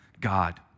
God